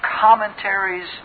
commentaries